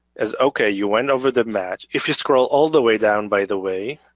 is okay, you went over the match. if you scroll all the way down by the way,